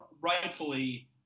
rightfully